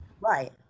Right